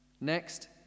Next